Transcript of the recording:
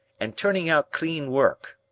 and turning out clean work.